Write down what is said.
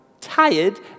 Tired